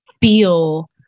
feel